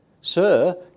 Sir